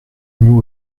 nous